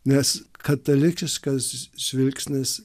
nes katalikiškas žvilgsnis